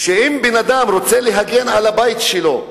שאם בן-אדם רוצה להגן על הבית שלו,